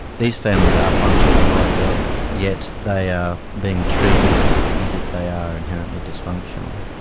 these families are functioning quite well, yet they are being treated as if they are inherently dysfunctional.